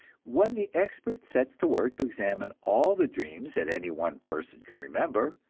when the expert sets to work to examine all the dreams that any one person can remember,